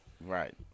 right